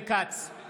בעד חיים כץ,